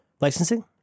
licensing